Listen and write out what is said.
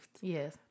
Yes